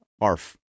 ARF